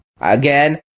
Again